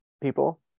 people